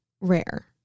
rare